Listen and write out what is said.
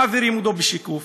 מעבירים אותו בשיקוף.